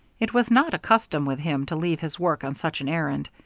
it was not a custom with him to leave his work on such an errand.